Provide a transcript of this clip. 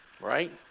Right